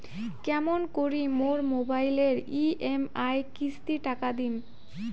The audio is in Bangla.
কেমন করি মোর মোবাইলের ই.এম.আই কিস্তি টা দিম?